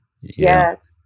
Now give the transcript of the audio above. yes